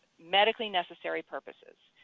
medically necessary purposes.